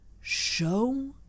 show